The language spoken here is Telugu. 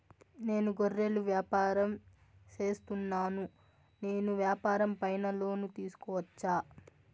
నేను గొర్రెలు వ్యాపారం సేస్తున్నాను, నేను వ్యాపారం పైన లోను తీసుకోవచ్చా?